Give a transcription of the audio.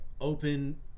open